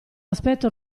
aspetto